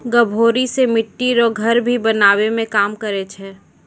गभोरी से मिट्टी रो घर भी बनाबै मे काम करै छै